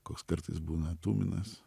koks kartais būna tuminas